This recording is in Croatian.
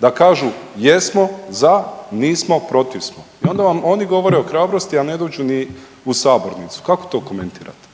da kažu jesmo za, nismo protiv smo. I onda vam oni govore o hrabrosti, a ne dođu ni u sabornicu. Kako to komentirate.